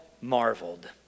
marveled